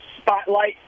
spotlight